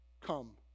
come